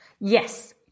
Yes